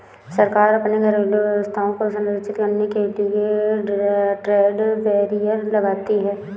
सरकार अपने घरेलू अर्थव्यवस्था को संरक्षित करने के लिए ट्रेड बैरियर लगाती है